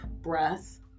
breath